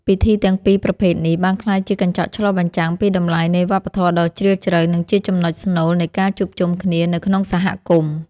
ពិធីទាំងពីរប្រភេទនេះបានក្លាយជាកញ្ចក់ឆ្លុះបញ្ចាំងពីតម្លៃនៃវប្បធម៌ដ៏ជ្រាលជ្រៅ និងជាចំណុចស្នូលនៃការជួបជុំគ្នានៅក្នុងសហគមន៍។